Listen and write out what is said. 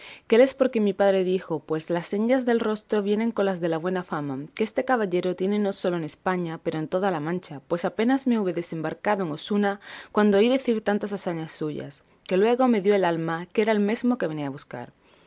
por quien mi padre dijo pues las señales del rostro vienen con las de la buena fama que este caballero tiene no sólo en españa pero en toda la mancha pues apenas me hube desembarcado en osuna cuando oí decir tantas hazañas suyas que luego me dio el alma que era el mesmo que venía a buscar